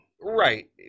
Right